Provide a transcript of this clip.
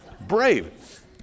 brave